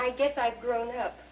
i guess i've grown up